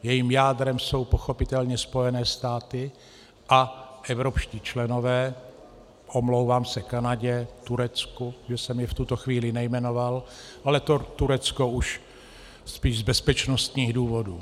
Jejím jádrem jsou pochopitelně Spojené státy a evropští členové omlouvám se Kanadě, Turecku, že jsem je v tuto chvíli nejmenoval, ale to Turecko už spíš z bezpečnostních důvodů.